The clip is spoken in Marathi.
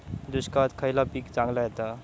दुष्काळात खयला पीक चांगला येता?